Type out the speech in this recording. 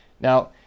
Now